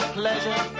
pleasure